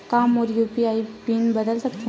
का मोर UPI PIN बदल सकथे?